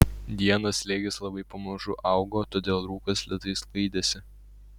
dieną slėgis labai pamažu augo todėl rūkas lėtai sklaidėsi